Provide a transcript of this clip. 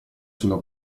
sulla